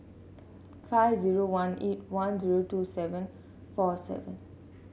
five zero one eight one zero two seven four seven